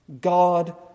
God